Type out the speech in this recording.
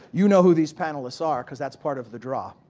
you know who these panelists are because that's part of the draw.